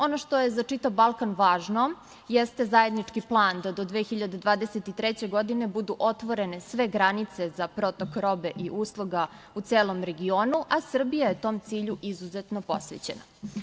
Ono što je za čitav Balkan važno jeste zajednički plan da do 2023. godine budu otvorene sve granice za protok robe i usluga u celom regionu, a Srbija je tom cilju izuzetno posvećena.